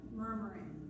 murmuring